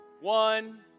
One